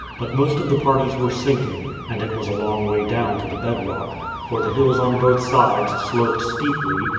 but most of the parties were sinking, and it was a long way down to the bedrock for the hills on both sides sloped steeply,